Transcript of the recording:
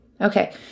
Okay